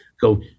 go